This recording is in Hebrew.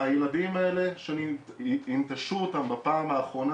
הילדים האלה שינטשו אותם בפעם האחרונה